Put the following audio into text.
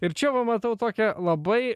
ir čia va matau tokią labai